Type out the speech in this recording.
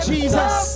Jesus